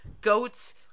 goats